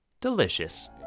Delicious